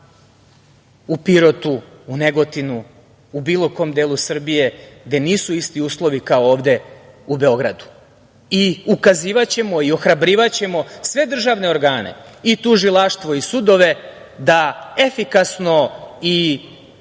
u Pirotu, u Negotinu, u bilo kom delu Srbije gde nisu isti uslovi kao ovde u Beogradu. Ukazivaćemo i ohrabrivaćemo sve državne organe, tužilaštvo i sudove da efikasno i